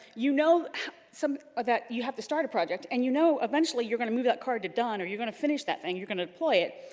you know some of that, you have to start a project and you know eventually, you're gonna move that card to done, or you're gonna finish that thing. you're gonna employ it,